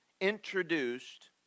introduced